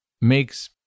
makes